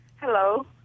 Hello